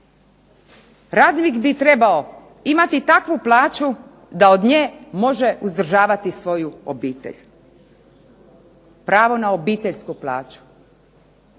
Radnik bi trebao imati takvu plaću da od nje može uzdržavati svoju obitelj, pravo na obiteljsku plaću.